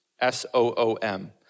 S-O-O-M